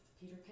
Peter